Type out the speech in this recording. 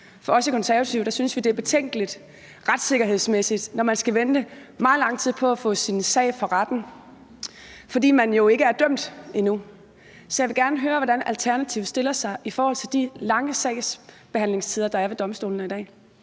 I Konservative synes vi, at det er betænkeligt retssikkerhedsmæssigt, når man skal vente meget lang tid på at få sin sag for retten, fordi man jo ikke er dømt endnu. Så jeg vil gerne høre, hvordan Alternativet stiller sig i forhold til de lange sagsbehandlingstider, der er ved domstolene i dag.